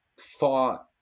thought